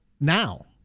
now